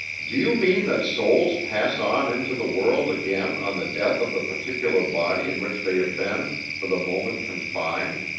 do you mean that souls pass on into the world again on the death of the particular body in which they have been for the moment confined?